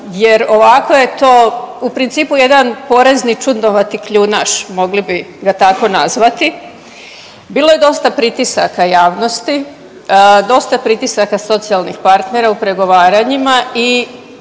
jer ovako je to u principu jedan porezni čudnovati kljunaš mogli bi ga tako nazvati. Bilo je dosta pritisaka javnosti, dosta pritisaka socijalnih partnera u pregovaranjima i